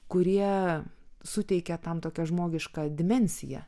kurie suteikia tam tokią žmogišką dimensiją